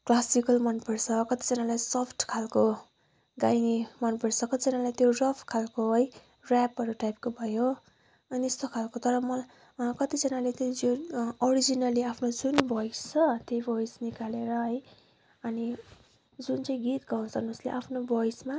classical मनपर्छ कतिजनालाई soft खालको गाइने मनपर्छ कतिजनालाई त्यो रफ खालको है ऱ्यापहरू टाइपको भयो अनि यस्तो खालको तर मलाई कतिजनाले चाहिँ जुन ओरिजिनल्ली आफ्नो जुन भोइस छ त्यो भोइस निकालेर है अनि जुन चाहिँ गीत गाउँछन् उसले आफ्नो भोइसमा